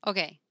Okay